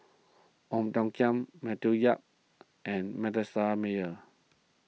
Ong Tiong Khiam Matthew Yap and Manasseh Meyer